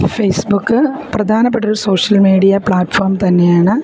Facebook പ്രധാനപ്പെട്ടൊരു social media platform തന്നെയാണ്